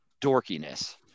dorkiness